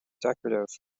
decorative